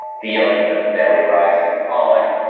feeling the belly rising and falling.